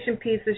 pieces